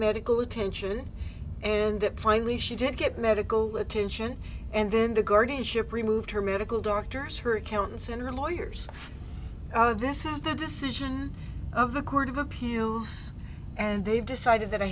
medical attention and finally she didn't get medical attention and then the guardianship removed her medical doctors her accountants and lawyers this is the decision of the court of appeal and they decided